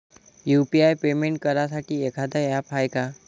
UPI payment करासाठी एखांद app हाय का?